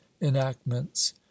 enactments